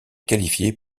qualifiée